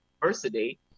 diversity